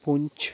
Poonch